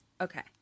Okay